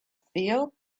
feel